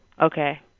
Okay